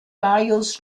gaius